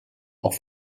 auch